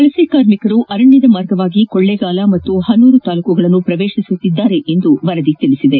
ವಲಸೆ ಕಾರ್ಮಿಕರು ಅರಣ್ಣದ ಮಾರ್ಗವಾಗಿ ಕೊಳ್ಳೇಗಾಲ ಮತ್ತು ಪನೂರು ತಾಲ್ಲೂಕುಗಳನ್ನು ಪ್ರವೇತಿಸುತ್ತಿದ್ದಾರೆ ಎಂದು ವರದಿ ತಿಳಿಸಿದೆ